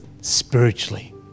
spiritually